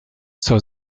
zur